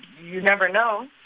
you never know.